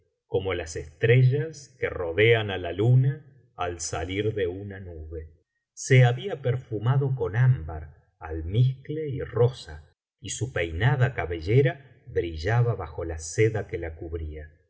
como las estrellas que rodean á la luna a salir de una nube se había perfumado con ámbar almizcle y rosa y su peinada cabellera brillaba bajo la seda que la cubría